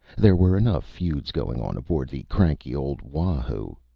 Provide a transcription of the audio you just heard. there were enough feuds going on aboard the cranky old wahoo!